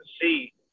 see